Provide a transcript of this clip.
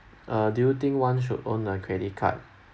uh do you think one should own a credit card